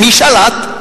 מי שלט?